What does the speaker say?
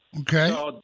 Okay